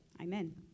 Amen